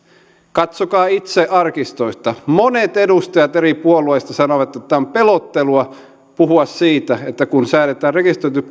katsokaa itse arkistoista monet edustajat eri puolueista sanoivat että on pelottelua puhua siitä että kun säädetään rekisteröity